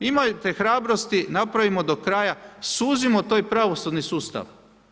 Imajte hrabrosti, napravimo do kraja, suzimo taj pravosudni sustav.